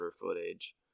footage